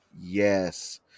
Yes